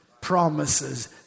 promises